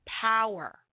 power